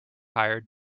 hired